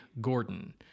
Gordon